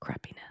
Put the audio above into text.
crappiness